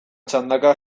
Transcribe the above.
txandaka